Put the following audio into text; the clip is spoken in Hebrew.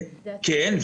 כן.